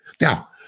Now